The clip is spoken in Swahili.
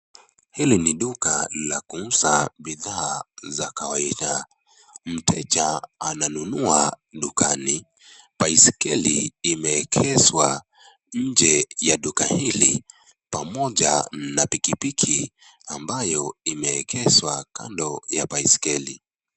Hili ni duka la kuuza bidhaa za kawaida mteja ananunua dukani baiskeli imeegezwa nje ya duka hili pamoja na pikipiki ambayo imeegezwa kando ya baiskeli.